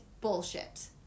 bullshit